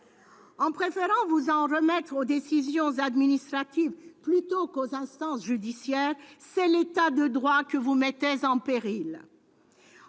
En préférant vous en remettre aux décisions administratives plutôt qu'aux instances judiciaires, c'est l'État de droit que vous mettez en péril.